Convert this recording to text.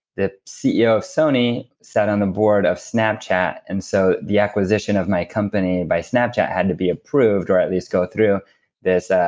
the ceo of sony sat on the board of snapchat, and so the acquisition of my company by snapchat had to be approved, or at least go through this